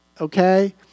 okay